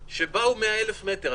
שבאו מטווח של 1,000 מטר.